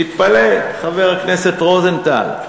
תתפלא, חבר הכנסת רוזנטל,